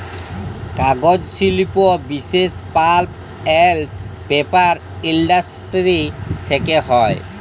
কাগজ শিল্প বিশেষ পাল্প এল্ড পেপার ইলডাসটিরি থ্যাকে হ্যয়